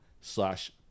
slash